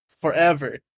forever